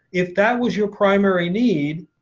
if that was your primary need,